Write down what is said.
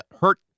hurt